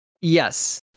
yes